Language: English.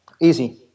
Easy